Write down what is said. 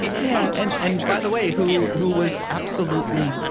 yeah and and by the way, who who was absolutely,